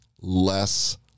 less